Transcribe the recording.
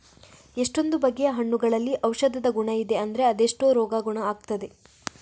ಎಷ್ಟೊಂದು ಬಗೆಯ ಹಣ್ಣುಗಳಲ್ಲಿ ಔಷಧದ ಗುಣ ಇದೆ ಅಂದ್ರೆ ಅದೆಷ್ಟೋ ರೋಗ ಗುಣ ಆಗ್ತದೆ